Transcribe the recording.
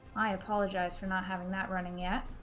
i apologize for not having that running yet,